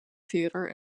theatre